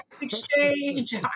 exchange